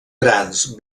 grans